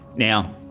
now,